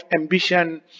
ambition